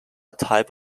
type